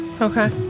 okay